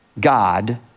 God